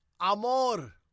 Amor